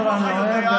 את מנסור אני אוהב,